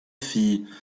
filles